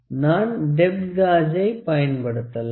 நான் டெப்த் காஜை பயன்படுத்தலாம்